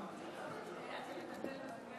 טוב שעצרת.